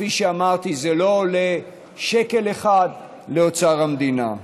כפי שאמרתי, זה לא עולה שקל אחד לאוצר המדינה.